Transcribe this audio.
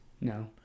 No